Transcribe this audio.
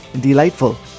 delightful